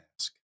ask